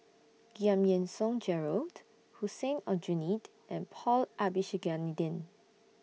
Giam Yean Song Gerald Hussein Aljunied and Paul Abisheganaden